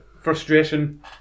frustration